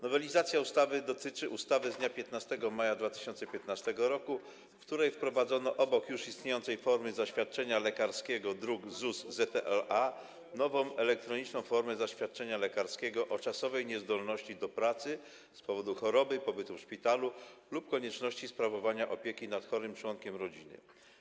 Nowelizacja ustawy dotyczy ustawy z dnia 15 maja 2015 r., w której obok już istniejącej formy zaświadczenia lekarskiego wprowadzono druk ZUS ZLA - nową elektroniczną formę zaświadczenia lekarskiego o czasowej niezdolności do pracy z powodu choroby, pobytu w szpitalu lub konieczności sprawowania opieki nad chorym członkiem rodziny.